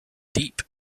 deep